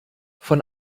von